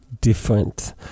different